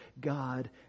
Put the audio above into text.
God